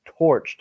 torched